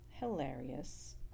hilarious